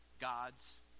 gods